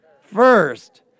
first